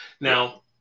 now